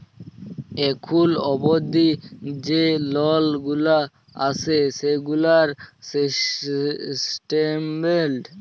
এখুল অবদি যে লল গুলা আসে সেগুলার স্টেটমেন্ট